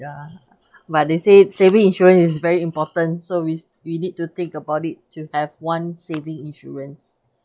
ya but they say saving insurance is very important so we we need to think about it to have one saving insurance